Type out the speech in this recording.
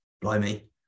blimey